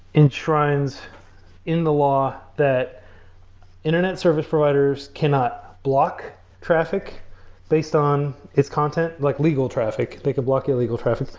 enshrines in the law that internet service providers cannot block traffic based on its content, like legal traffic, they could block illegal traffic.